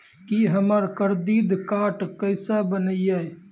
की हमर credit card केसे बनिये?